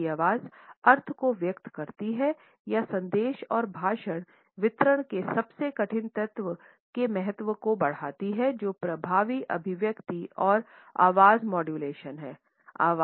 मानव की आवाज़ अर्थ को व्यक्त करती है या संदेश और भाषण वितरण के सबसे कठिन तत्व के महत्व को बढ़ाती है जो प्रभावी अभिव्यक्ति और आवाज़ मॉड्यूलेशन है